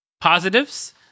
positives